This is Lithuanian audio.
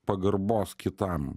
pagarbos kitam